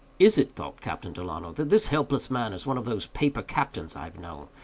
is it, thought captain delano, that this hapless man is one of those paper captains i've known,